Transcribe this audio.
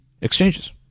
exchanges